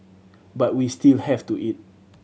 but we still have to eat